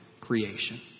creation